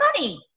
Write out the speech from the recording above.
money